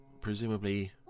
Presumably